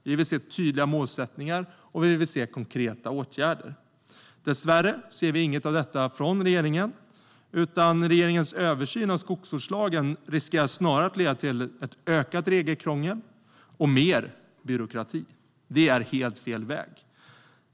Vi vill se tydliga målsättningar och konkreta åtgärder. Dessvärre ser vi inget av detta från regeringens sida, utan regeringens översyn av skogsvårdslagen riskerar snarare att leda till ökat regelkrångel och mer byråkrati. Det är helt fel väg.